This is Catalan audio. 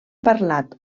parlat